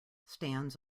stands